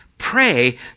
Pray